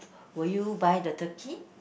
will you buy the turkey